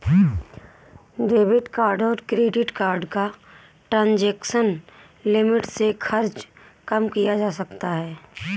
debit card और credit card का transaction limit से खर्च कम किया जा सकता है